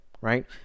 right